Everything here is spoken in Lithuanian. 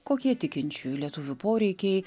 kokie tikinčiųjų lietuvių poreikiai